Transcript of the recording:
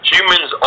Humans